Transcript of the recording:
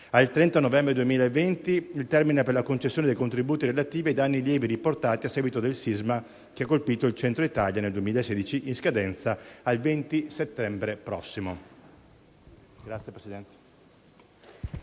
al 30 novembre 2020 il termine per la concessione dei contributi relativi ai danni lievi riportati a seguito del sisma che ha colpito il Centro Italia nel 2016, in scadenza il 20 settembre prossimo.